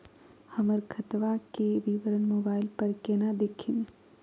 हमर खतवा के विवरण मोबाईल पर केना देखिन?